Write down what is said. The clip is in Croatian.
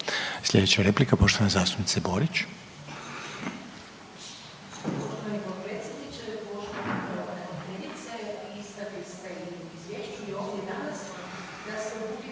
Sljedeća je replika poštovane zastupnice Borić.